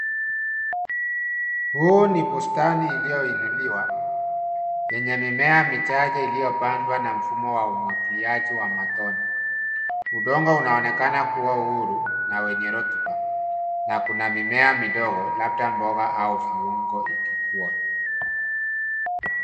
Huu ni bustani ilio inuliwa yenye mimea michache ilio pandwa na mfomu wa umwagiliaji wa matone, udongo una onekana kuwa huru na wenye rotuba na kuna mimea midogo labda mboga au viungo iki kuwa.